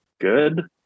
good